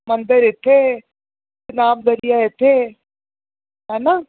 गुरुद्वारे इत्थै मंदर इत्थै चिनाव दरिया इत्थै ऐ ना